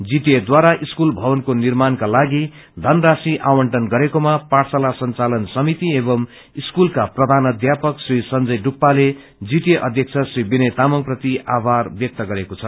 जीटीएद्वारा school मवनको निर्माणका लागि यनराशी आवण्टन गरेकोमा पाठशाला संचालन समिति एवं स्कूलका प्रधानाध्यापक श्री संजय डुक्पाले जीटीए अध्यक्ष श्री विनय तामाङ प्रति आभार व्यक्त गरेको छ